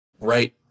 right